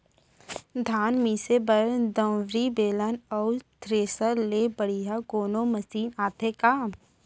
धान मिसे बर दंवरि, बेलन अऊ थ्रेसर ले बढ़िया कोनो मशीन आथे का?